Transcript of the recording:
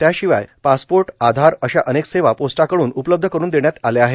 त्याशिवाय पासपोर्ट आधार अशा अनेक सेवा पोस्टाकडुन उपलब्ध करुन देण्यात आल्या आहेत